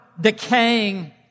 decaying